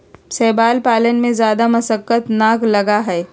शैवाल पालन में जादा मशक्कत ना लगा हई